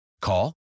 Call